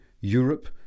Europe